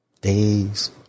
days